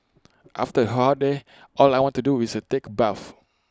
after A hot day all I want to do is A take bath